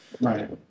right